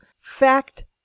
fact